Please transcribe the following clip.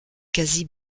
quasi